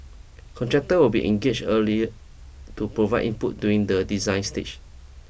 contractors will be engaged early to provide input during the design stage